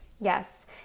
Yes